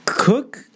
Cook